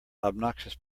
obnoxious